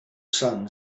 son